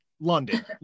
London